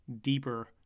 deeper